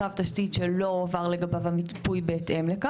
קו תשתית עתידי שלא הועבר לגביו המיפוי בהתאם לכך.